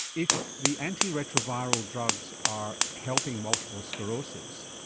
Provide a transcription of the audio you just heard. if the antiretroviral drugs are helping multiple sclerosis,